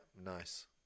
Nice